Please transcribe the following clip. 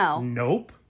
Nope